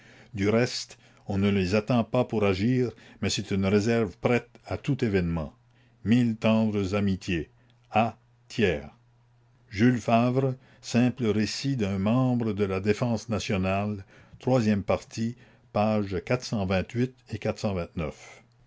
du reste on ne les attend pas pour agir mais c'est une réserve prête à tout événement mille tendres amitiés jules favre simple récit d'un membre de la défense nationale page